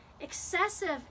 excessive